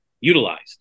utilized